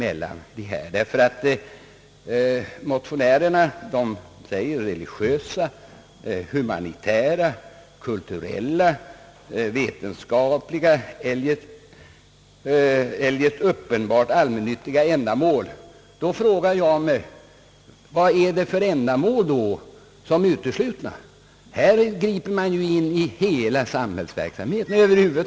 Motionärerna talar om religiösa, humanitära, kulturella, vetenskapliga och eljest uppenbart allmännyttiga ändamål. Jag frågar mig: Vilka ändamål är då uteslutna? Här griper man in i hela samhällsverksamheten.